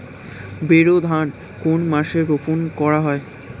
বোরো ধান কোন মাসে রোপণ করা হয়?